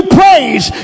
praise